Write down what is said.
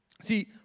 See